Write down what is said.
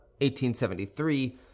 1873